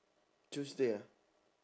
tuesday ah